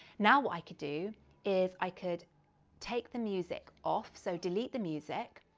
now what i could do is i could take the music off, so delete the music.